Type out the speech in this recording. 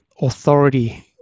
authority